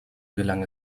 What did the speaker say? gelang